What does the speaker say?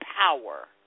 power